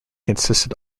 consisted